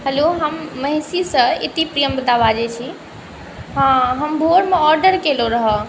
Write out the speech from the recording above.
hello हम महिषीसँ इति प्रियंवदा बाजै छी हाँ हम भोरमे ऑडर केलहुँ रहै